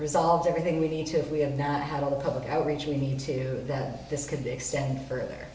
resolved everything we need to if we have not had all the public outreach we need to that this could extend further